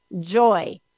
joy